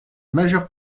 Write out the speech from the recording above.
majeure